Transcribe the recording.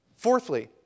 Fourthly